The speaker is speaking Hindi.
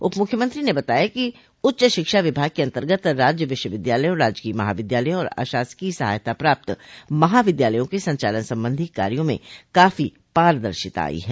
उप मुख्यमंत्री ने बताया कि उच्च शिक्षा विभाग के अंतर्गत राज्य विश्वविद्यालयों राजकीय महाविद्यालयों और अशासकीय सहायता प्राप्त महाविद्यालयों के संचालन संबंधी कार्यो में काफी पारदर्शिता आई है